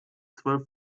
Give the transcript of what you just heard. zwölf